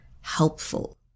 helpful